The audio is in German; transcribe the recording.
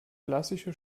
klassische